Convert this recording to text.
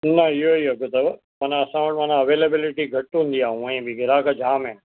न इहो ई अघु अथव मना असां वटि मना अवेलेबिलिटी घटि हूंदी आहे ऊंअईं बि ग्राहक जाम आहिनि